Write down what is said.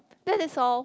that's all